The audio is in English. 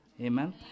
amen